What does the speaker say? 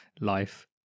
life